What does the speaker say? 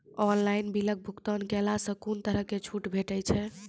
Online बिलक भुगतान केलासॅ कुनू तरहक छूट भेटै छै?